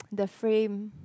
the frame